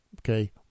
Okay